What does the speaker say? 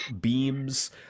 beams